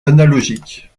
analogique